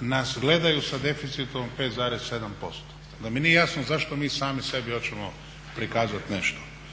nas gledaju da deficitom 5,7%. Onda mi nije jasno zašto mi sami sebi hoćemo prikazati nešto.